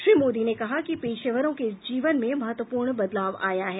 श्री मोदी ने कहा कि पेशेवरों के जीवन में महत्वपूर्ण बदलाव आया है